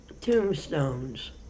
tombstones